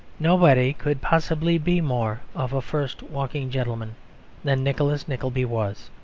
nobody could possibly be more of a first walking gentleman than nicholas nickleby was.